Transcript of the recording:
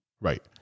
Right